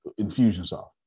Infusionsoft